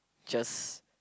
just